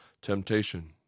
temptation